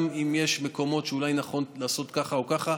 אם יש מקומות שאולי נכון לעשות ככה או ככה,